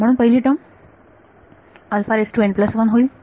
म्हणून पहिली टर्म होईल